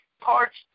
parts